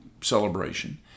celebration